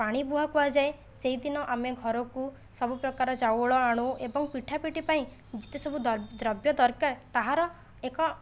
ପାଣି ବୁହା କୁହାଯାଏ ସେଇଦିନ ଆମେ ଘରକୁ ସବୁପ୍ରକାର ଚାଉଳ ଆଣୁ ଏବଂ ପିଠାପିଠି ପାଇଁ ଯେତେସବୁ ଦ୍ରବ୍ୟ ଦରକାର ତାହାର ଏକ